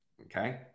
okay